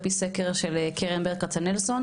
על פי סקר של קרן ברל כצנלסון,